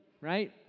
right